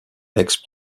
aix